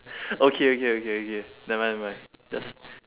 okay okay okay okay never mind never mind just